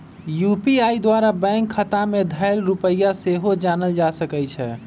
UPI द्वारा bank खता में धएल रुपइया सेहो जानल जा सकइ छै